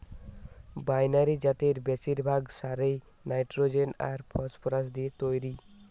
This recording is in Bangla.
বাইনারি জাতের বেশিরভাগ সারই নাইট্রোজেন আর ফসফরাস দিয়ে তইরি